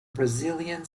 brazilian